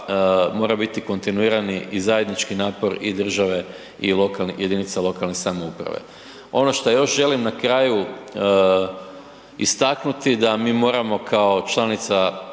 mora biti kontinuirani i zajednički napor i države i jedinica lokalne samouprave. Ono šta još želim na kraju istaknuti da mi moramo kao članica